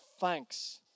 thanks